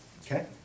Okay